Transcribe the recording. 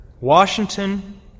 Washington